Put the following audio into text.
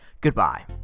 goodbye